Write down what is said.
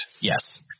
Yes